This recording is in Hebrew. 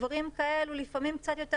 דברים כאלה קצת יותר